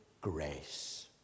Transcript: grace